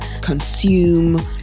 consume